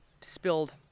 spilled